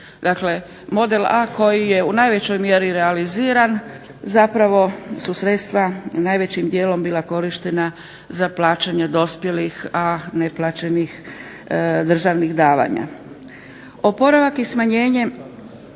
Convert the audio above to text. model A koji je u najvećoj mjeri realiziran zapravo su sredstva najvećim dijelom bila korištena za plaćanja dospjelih, a neplaćenih državnih davanja. Oporavak i smanjenje